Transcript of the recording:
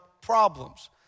problems